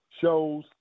shows